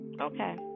okay